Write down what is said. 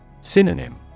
Synonym